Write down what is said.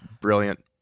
brilliant